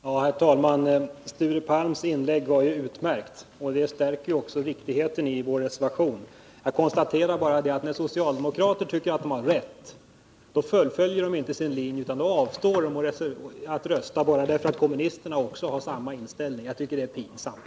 Herr talman! Sture Palms inlägg var ju utmärkt, och det styrker också riktigheten i vår reservation. Jag konstaterar bara att när socialdemokrater tycker att de har rätt fullföljer de inte sin linje, utan då avstår de från att rösta bara för att kommunisterna har samma inställning. Jag tycker det är pinsamt.